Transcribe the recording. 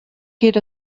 geht